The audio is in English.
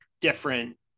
different